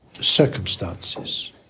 circumstances